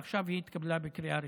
ועכשיו היא התקבלה בקריאה ראשונה.